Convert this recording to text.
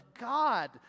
God